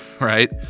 right